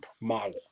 model